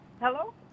hello